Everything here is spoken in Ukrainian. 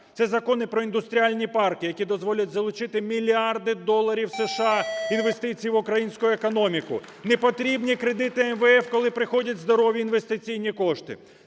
Це закони про індустріальні парки, які дозволять залучити мільярди доларів США, інвестиції в українську економіку. Непотрібні кредити МВФ, коли приходять здорові інвестиційні кошти.